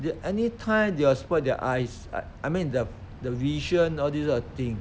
they'll anytime they will spoil their eyes I mean the the vision all this sort of thing